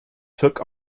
took